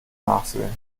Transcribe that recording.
nachsehen